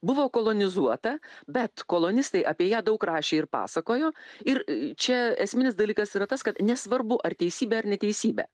buvo kolonizuota bet kolonistai apie ją daug rašė ir pasakojo ir čia esminis dalykas yra tas kad nesvarbu ar teisybė ar neteisybė